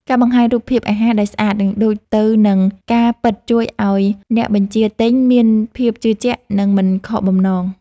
ការបង្ហាញរូបភាពអាហារដែលស្អាត និងដូចទៅនឹងការពិតជួយឱ្យអ្នកបញ្ជាទិញមានភាពជឿជាក់ និងមិនខកបំណង។